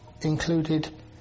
included